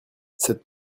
cette